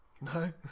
no